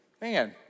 man